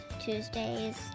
Tuesdays